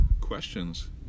questions